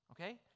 okay